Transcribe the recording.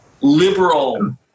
liberal